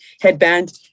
headband